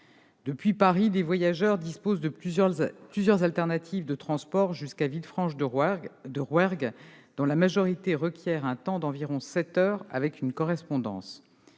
Depuis Paris, les voyageurs disposent de plusieurs solutions de transport jusqu'à Villefranche-de-Rouergue, dont la majorité requiert un temps d'environ sept heures avec une correspondance.